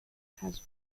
has